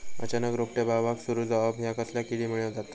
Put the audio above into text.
अचानक रोपटे बावाक सुरू जवाप हया कसल्या किडीमुळे जाता?